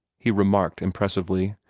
he remarked impressively.